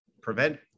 prevent